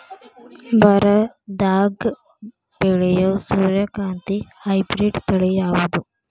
ಬರದಾಗ ಬೆಳೆಯೋ ಸೂರ್ಯಕಾಂತಿ ಹೈಬ್ರಿಡ್ ತಳಿ ಯಾವುದು?